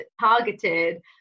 targeted